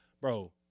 bro